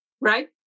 right